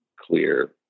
clear